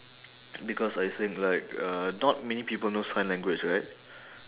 because I think like uh not many people know sign language right